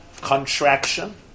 Contraction